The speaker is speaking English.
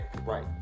Right